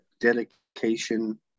dedication